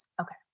Okay